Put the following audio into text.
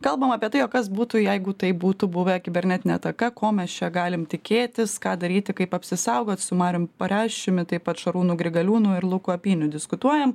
kalbam apie tai kas būtų jeigu tai būtų buvę kibernetinė ataka ko mes čia galim tikėtis ką daryti kaip apsisaugot su mariumi pareščiumi taip pat šarūnu grigaliūnu ir luku apiniu diskutuojam